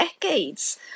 decades